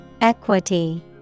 Equity